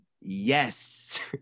Yes